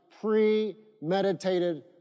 premeditated